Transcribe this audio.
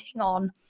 on